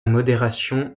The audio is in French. modération